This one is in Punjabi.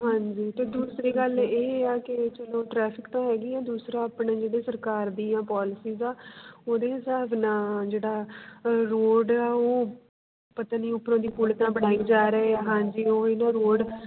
ਹਾਂਜੀ ਅਤੇ ਦੂਸਰੀ ਗੱਲ ਇਹ ਆ ਕਿ ਚਲੋ ਟ੍ਰੈਫਿਕ ਤਾਂ ਹੋਏਗੀ ਆ ਦੂਸਰਾ ਆਪਣੀ ਜਿਹੜੀ ਸਰਕਾਰ ਦੀਆਂ ਪੋਲਿਸੀਜ਼ ਆ ਉਹਦੇ ਹਿਸਾਬ ਨਾਲ ਜਿਹੜਾ ਰੋਡ ਆ ਉਹ ਪਤਾ ਨਹੀਂ ਉੱਪਰੋਂ ਦੀ ਪੁੱਲ ਤਾਂ ਬਣਾਈ ਜਾ ਰਹੇ ਆ ਹਾਂਜੀ ਉਹੀ ਨਾ ਰੋਡ